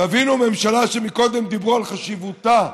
תבינו, ממשלה שמקודם דיברו על חשיבותה,